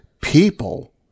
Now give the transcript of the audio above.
people